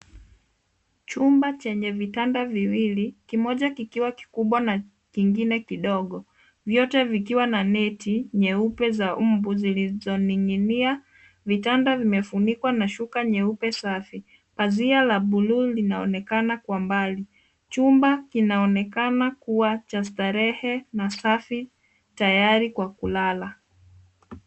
Chumba chenye vitanda viwili kimoja kikiwa kikubwa na kingine kidogo vyote vikiwa na neti nyeupe za mbu zilizoning'inia. Vitanda zimefunikwa na shuka nyeupe safi. Pazia la bluu linaonekana kwa mbali. Chumba kinaonekana kuwa cha starehe na safi tayari kwa kulala.